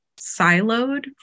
siloed